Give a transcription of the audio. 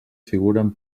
figuren